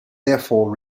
therefore